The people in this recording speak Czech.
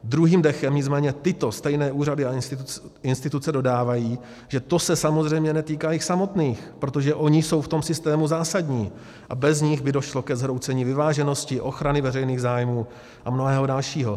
Druhým dechem nicméně tyto stejné úřady a instituce dodávají, že se to samozřejmě netýká jich samotných, protože oni jsou v tom systému zásadní a bez nich by došlo ke zhroucení vyváženosti, ochrany veřejných zájmů a mnohého dalšího.